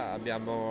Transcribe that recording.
Abbiamo